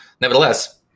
Nevertheless